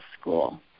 school